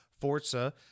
Forza